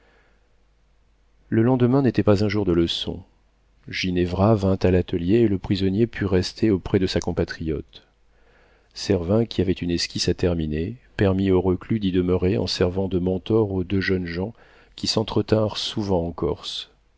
le lendemain n'était pas un jour de leçon ginevra vint à l'atelier et le prisonnier put rester auprès de sa compatriote servin qui avait une esquisse à terminer permit au reclus d'y demeurer en servant de mentor aux deux jeunes gens qui s'entretinrent souvent en corse